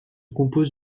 compose